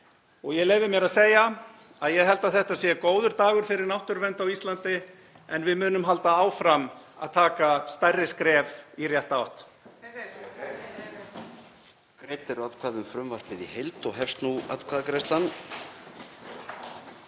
Ég leyfi mér að segja að ég held að þetta sé góður dagur fyrir náttúruvernd á Íslandi en við munum halda áfram að taka stærri skref í rétta átt.